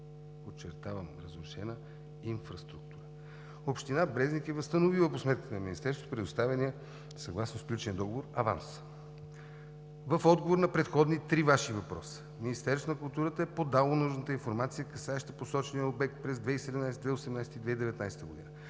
подчертавам: разрушена инфраструктура, Община Брезник е възстановила по сметките на Министерството предоставения съгласно сключен договор аванс. В отговор на предходни три Ваши въпроса Министерството на културата е подало нужната информация, касаеща посочения обект през 2017-а, 2018-а и 2019 г.